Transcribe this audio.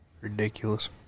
Ridiculous